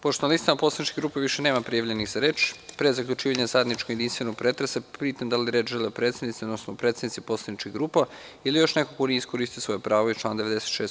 Pošto na listama poslaničkih grupa više nema prijavljenih za reč, pre zaključivanja zajedničkog jedinstvenog pretresa, pitam da li reč žele predsednici, odnosno predstavnici poslaničkih grupa ili još neko ko nije iskoristio svoje pravo iz člana 96.